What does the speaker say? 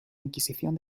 inquisición